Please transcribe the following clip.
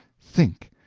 think!